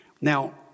Now